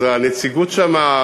אז הנציגות שם,